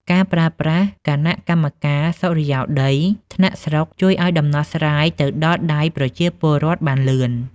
ការប្រើប្រាស់ "គណៈកម្មការសុរិយោដី" ថ្នាក់ស្រុក ជួយឱ្យដំណោះស្រាយទៅដល់ដៃប្រជាពលរដ្ឋបានលឿន។